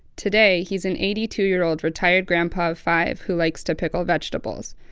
today he's an eighty-two-year-old retired grandpa of five, who likes to pickle vegetables.